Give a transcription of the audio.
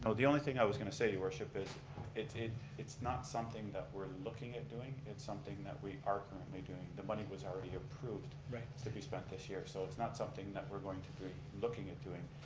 so the only thing i was going to say your worship is it's ah it's not something that we're looking at doing, it's something that we are currently doing. the money was already approved right. to be spent this year. so it's not something that we're going to be looking at doing,